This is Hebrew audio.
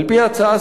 על-פי ההצעה,